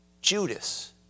Judas